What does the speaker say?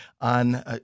on